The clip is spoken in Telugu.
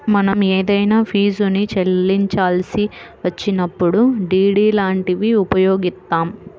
మనం ఏదైనా ఫీజుని చెల్లించాల్సి వచ్చినప్పుడు డి.డి లాంటివి ఉపయోగిత్తాం